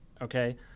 okay